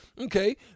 Okay